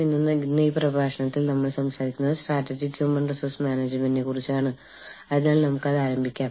ഇന്ന് പ്രത്യേകിച്ച് ഈ പ്രഭാഷണത്തിൽ ഇന്റർനാഷണൽ ഹ്യൂമൻ റിസോഴ്സ് മാനേജ്മെന്റിന്റെ വെല്ലുവിളികൾ മനസ്സിലാക്കാൻ ഞാൻ നിങ്ങളെ സഹായിക്കും